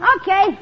Okay